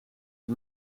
het